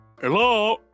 Hello